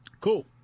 cool